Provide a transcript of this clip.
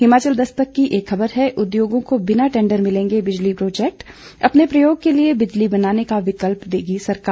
हिमाचल दस्तक की एक खबर है उद्योगों को बिना टेंडर मिलेंगे बिजली प्रोजेक्ट अपने प्रयोग के लिये बिजली बनाने का विकल्प देगी सरकार